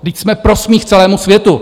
Vždyť jsme pro smích celému světu!